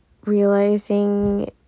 realizing